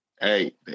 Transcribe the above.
hey